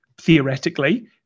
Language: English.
theoretically